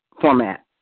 format